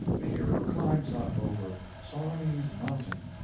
the hero climbs up over sawney's mountain,